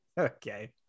Okay